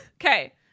Okay